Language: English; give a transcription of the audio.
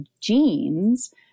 genes